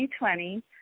2020